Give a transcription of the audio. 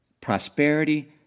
prosperity